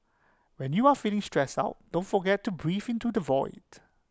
when you are feeling stressed out don't forget to breathe into the void